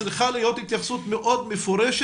צריכה להיות התייחסות מאוד מפורשת